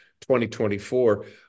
2024